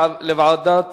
לוועדת העבודה,